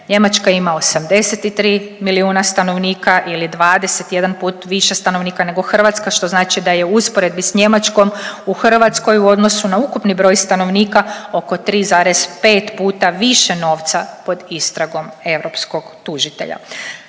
Njemačka ima 83 milijuna stanovnika ili 21 puta više stanovnika nego Hrvatska što znači da je u usporedbi s Njemačkom u Hrvatskoj u odnosu na ukupni broj stanovnika oko 3,5 puta više novca pod istragom europskog tužitelja.